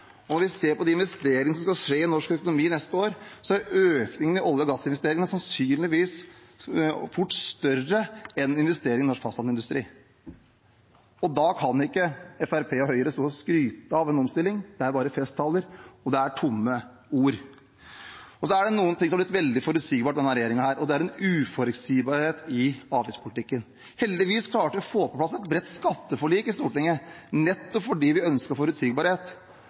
oljekrisen. Når vi ser på de investeringene som skal skje i norsk økonomi neste år, er økningen i olje- og gassinvesteringene sannsynligvis fort større enn investeringene i norsk fastlandsindustri. Da kan ikke Fremskrittspartiet og Høyre stå og skryte av en omstilling. Det er bare festtaler og tomme ord. Det er noen ting som har blitt veldig forutsigbare med denne regjeringen, og det er uforutsigbarheten i avgiftspolitikken. Heldigvis klarte vi å få på plass et bredt skatteforlik i Stortinget, nettopp fordi vi ønsket forutsigbarhet.